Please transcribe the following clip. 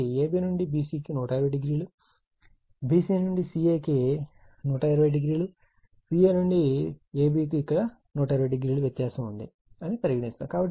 కాబట్టి ab నుండి bc కు 120o bc నుండి ca కు ఆ విలువ 120o మరియు ca నుండి ab కు 120o ఇక్కడ 120o వ్యత్యాసం ఉంది అని పరిగణిస్తాము